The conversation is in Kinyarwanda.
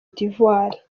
d’ivoire